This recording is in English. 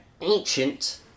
ancient